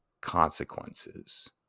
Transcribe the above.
consequences